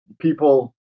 people